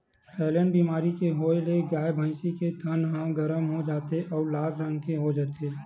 थनैल बेमारी के होए ले गाय, भइसी के थन ह गरम हो जाथे अउ लाल रंग के हो जाथे